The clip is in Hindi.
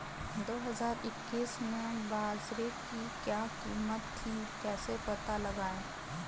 दो हज़ार इक्कीस में बाजरे की क्या कीमत थी कैसे पता लगाएँ?